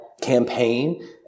campaign